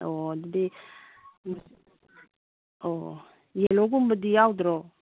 ꯑꯣ ꯑꯗꯨꯗꯤ ꯑꯣ ꯌꯦꯜꯂꯣꯒꯨꯝꯕꯗꯤ ꯌꯥꯎꯗ꯭ꯔꯣ